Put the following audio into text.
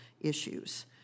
issues